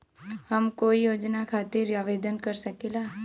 हम कोई योजना खातिर आवेदन कर सकीला?